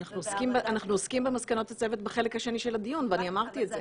אנחנו עוסקים במסקנות הצוות בחלק השני של הדיון ואני אמרתי את זה.